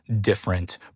different